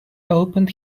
opened